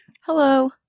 Hello